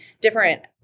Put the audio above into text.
different